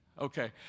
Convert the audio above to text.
Okay